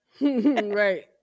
Right